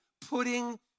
putting